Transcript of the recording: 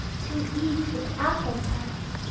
to eat with apple-tart.